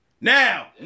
Now